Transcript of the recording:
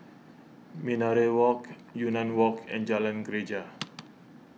Minaret Walk Yunnan Walk and Jalan Greja